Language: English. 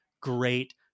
great